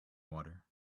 water